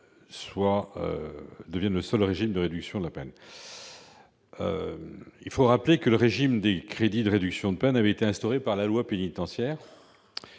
prévu devienne le seul régime de réduction de la peine. Il faut rappeler que le régime des crédits de réduction de peine a été instauré par la loi pénitentiaire